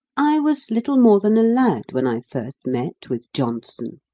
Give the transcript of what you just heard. i was little more than a lad when i first met with johnson.